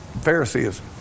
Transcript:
Pharisees